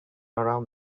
around